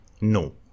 No